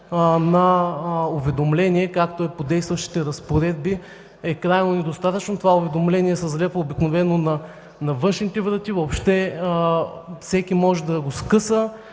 на уведомление, както е по действащите разпоредби, е крайно недостатъчно. Това уведомление се залепва обикновено на външните врати, въобще всеки може да го скъса.